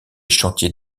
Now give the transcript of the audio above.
chantiers